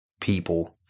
people